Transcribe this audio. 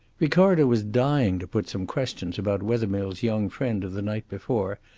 ricardo was dying to put some questions about wethermill's young friend of the night before,